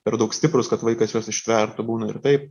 per daug stiprūs kad vaikas juos ištvertų būna ir taip